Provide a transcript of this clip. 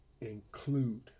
Include